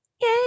Yay